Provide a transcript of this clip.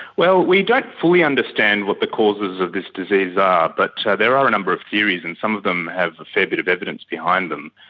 well, we don't fully understand what the causes of this disease are, but there are number of theories, and some of them have a fair bit of evidence behind them.